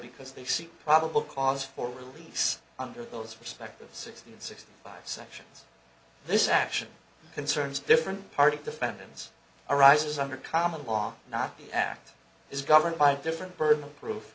because they seek probable cause for release under those respective sixty and sixty five sections this action concerns different party defendants arises under common law not the act is governed by a different burden of proof